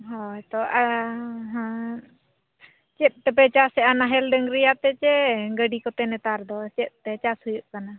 ᱦᱳᱭ ᱛᱳ ᱟ ᱦᱟᱸ ᱪᱮᱫ ᱛᱮᱯᱮ ᱪᱟᱥᱮᱜᱼᱟ ᱱᱟᱦᱮᱞ ᱰᱟᱹᱝᱨᱤᱭᱟᱛᱮᱫ ᱪᱮ ᱜᱟᱹᱰᱤ ᱠᱚᱛᱮ ᱱᱮᱛᱟᱨ ᱫᱚ ᱪᱮᱫ ᱛᱮ ᱪᱟᱥ ᱦᱩᱭᱩᱜ ᱠᱟᱱᱟ